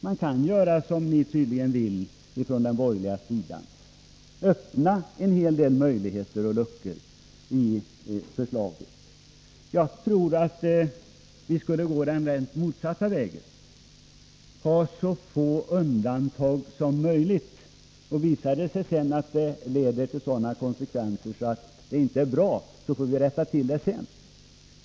Man kan göra som ni tydligen vill från den borgerliga sidan — öppna en hel del möjligheter och luckor i förslaget. Jag tycker att vi skall gå den rent motsatta vägen — ha så få undantag som möjligt. Visar det sig sedan att det blir sådana konsekvenser att det inte är bra, så får vi rätta till det.